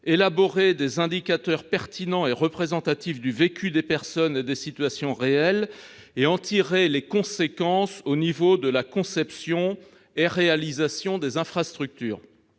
élaborer des indicateurs pertinents et représentatifs du vécu des personnes et des situations réelles et en tirer les conséquences au niveau de la conception et réalisation des infrastructures